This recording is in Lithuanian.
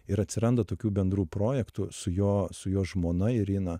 ir atsiranda tokių bendrų projektų su jo su jo žmona irina